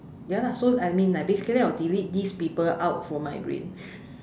ya lah so I mean like basically I will delete these people out from my brain